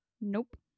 Nope